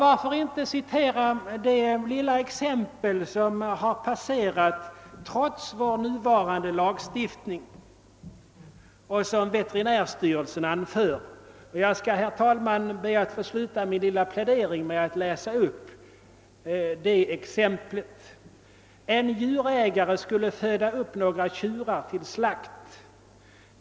Varför inte citera det lilla exempel på djurplågeri som veterinärstyrelsen anfört, ett djurplågeri som förekommit trots vår nuvarande lagstiftning? Jag skall, herr talman, be att få sluta min lilla plädering med att läsa upp vad veterinärstyrelsen skriver: »En djurägare skulle föda upp några tjurar till slakt.